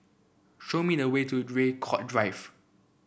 show me the way to Draycott Drive